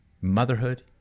motherhood